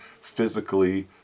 physically